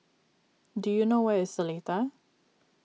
do you know where is Seletar